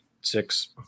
six